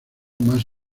más